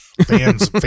Fans